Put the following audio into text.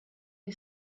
you